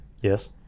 Yes